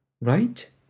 right